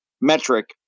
metric